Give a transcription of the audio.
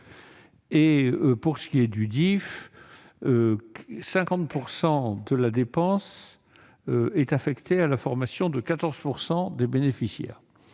Pour ce qui est du DIFE, 50 % de la dépense est affectée à la formation de 14 % des bénéficiaires.